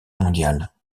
mondial